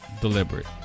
deliberate